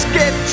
get